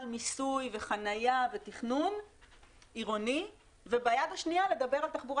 ניסוי וחנייה ותכנון עירוני וביד השנייה לדבר על תחבורה